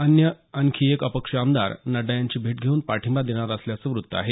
अन्य आणखी एक अपक्ष आमदार नड्डा यांची भेट घेऊन पाठिंबा देणार असल्याचं वृत्त आहे